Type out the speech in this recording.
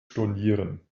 stornieren